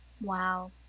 Wow